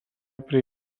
prie